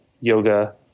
yoga